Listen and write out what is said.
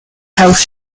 house